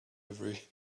every